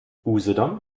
usedom